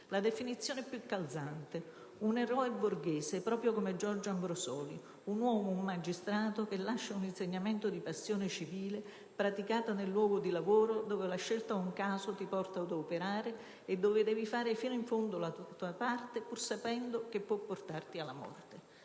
La definizione più calzante: un eroe borghese, proprio come Giorgio Ambrosoli, un uomo, un magistrato che lascia un insegnamento di passione civile praticata nel luogo di lavoro dove la scelta o un caso ti portano ad operare e dove devi fare fino in fondo la tua parte, pur sapendo che può portarti alla morte.